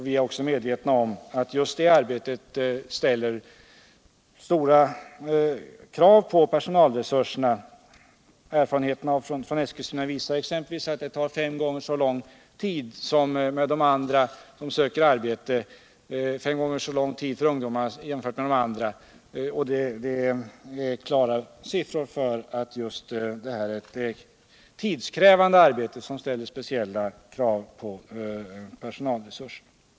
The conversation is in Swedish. Vi är också medvetna om att just det arbetet ställer stora krav på personalresurser. Erfarenheterna från Eskilstuna visar att det tar fem gånger så lång tid att skaffa ungdomarna arbete som de övriga. Det ger klara belägg för att detta är ett tidskrävande arbete som ställer speciella krav på personalresurser.